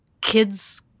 kids